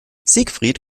siegfried